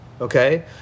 okay